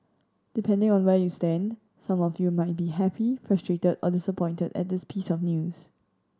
depending on where you stand some of you might be happy frustrated or disappointed at this piece of news